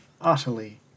utterly